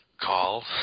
Call